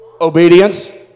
Obedience